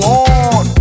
on